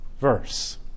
verse